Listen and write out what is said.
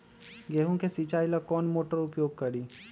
गेंहू के सिंचाई ला कौन मोटर उपयोग करी?